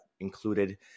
included